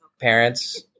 parents